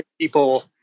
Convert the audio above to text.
people